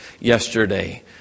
yesterday